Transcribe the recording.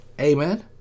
Amen